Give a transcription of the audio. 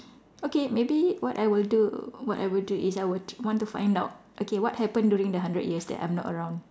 okay maybe what I will do what I will do is I w~ want to find out okay what happened during the hundred years that I'm not around